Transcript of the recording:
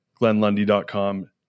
glennlundy.com